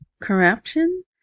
corruption